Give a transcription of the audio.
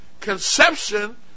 Conception